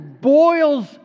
boils